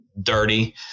dirty